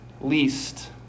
least